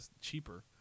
cheaper